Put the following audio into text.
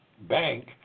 bank